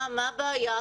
מה הבעיה?